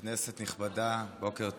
כנסת נכבדה, בוקר טוב.